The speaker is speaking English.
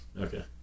Okay